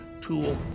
tool